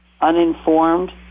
uninformed